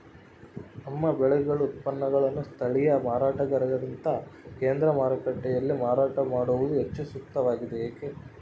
ನಮ್ಮ ಬೆಳೆಗಳ ಉತ್ಪನ್ನಗಳನ್ನು ಸ್ಥಳೇಯ ಮಾರಾಟಗಾರರಿಗಿಂತ ಕೇಂದ್ರ ಮಾರುಕಟ್ಟೆಯಲ್ಲಿ ಮಾರಾಟ ಮಾಡುವುದು ಹೆಚ್ಚು ಸೂಕ್ತವಾಗಿದೆ, ಏಕೆ?